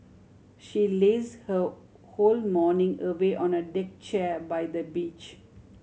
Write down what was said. she laze her whole morning away on a deck chair by the beach